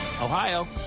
Ohio